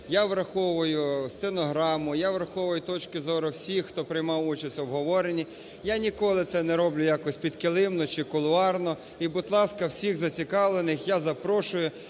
я враховую стенограму, я враховую точки зору всіх, хто приймав участь в обговоренні. Я ніколи це не роблю якось підкилимно чи кулуарно, і будь ласка, всіх зацікавлених я запрошую